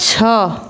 छः